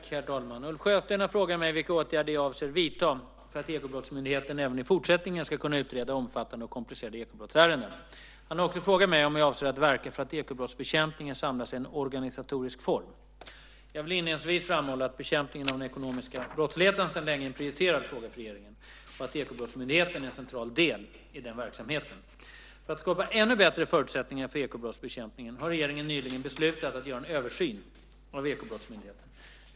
Herr talman! Ulf Sjösten har frågat mig vilka åtgärder jag avser att vidta för att Ekobrottsmyndigheten även i fortsättningen ska kunna utreda omfattande och komplicerade ekobrottsärenden. Han har också frågat mig om jag avser att verka för att ekobrottsbekämpningen samlas i en organisatorisk form. Jag vill inledningsvis framhålla att bekämpningen av den ekonomiska brottsligheten sedan länge är en prioriterad fråga för regeringen och att Ekobrottsmyndigheten är en central del i den verksamheten. För att skapa ännu bättre förutsättningar för ekobrottsbekämpningen har regeringen nyligen beslutat att göra en översyn av Ekobrottsmyndigheten.